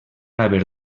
haver